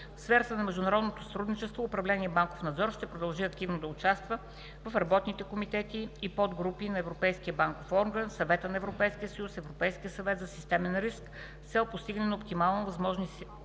В сферата на международното сътрудничество управление „Банков надзор“ ще продължи активно да участва в работните комитети и подгрупи на Европейския банков орган, Съвета на Европейския съюз, Европейския съвет за системен риск, с цел постигане на оптимално възможната